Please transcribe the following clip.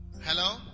Hello